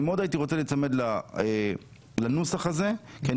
אני מאוד הייתי רוצה להיצמד לנוסח הזה כי אני